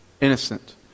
Innocent